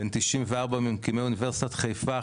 בן 94 ממקימי אוניברסיטת חיפה,